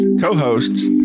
co-hosts